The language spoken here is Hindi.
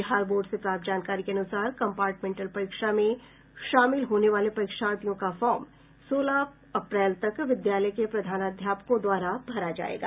बिहार बोर्ड से प्राप्त जानकारी के अनुसार कम्पार्टमेंटल परीक्षा में शामिल होने वाले परीक्षार्थियों का फार्म सोलह अप्रैल तक विद्यालय के प्रधानाध्यापकों द्वारा भरा जायेगा